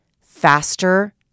faster